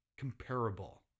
comparable